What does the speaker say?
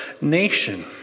nation